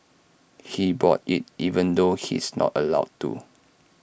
he bought IT even though he's not allowed to